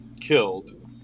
killed